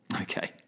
Okay